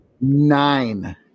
Nine